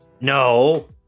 No